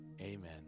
amen